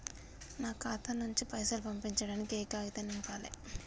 నా ఖాతా నుంచి పైసలు పంపించడానికి ఏ కాగితం నింపాలే?